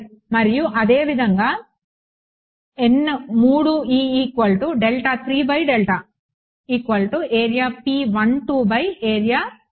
మరియు అదే విధంగా కానుంది